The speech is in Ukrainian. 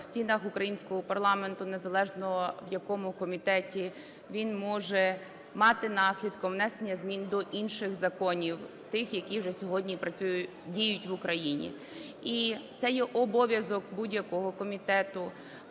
в стінах українського парламенту, незалежно в якому комітеті, він може мати наслідком внесення змін до інших законів, тих, які вже сьогодні працюють… діють в Україні. І це обов'язок будь-якого комітету